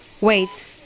Wait